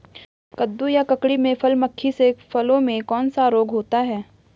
कद्दू या ककड़ी में फल मक्खी से फलों में कौन सा रोग होता है?